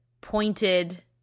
pointed